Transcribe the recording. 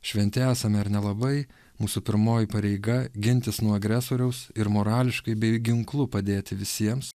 šventi esame ar nelabai mūsų pirmoji pareiga gintis nuo agresoriaus ir morališkai bei ginklu padėti visiems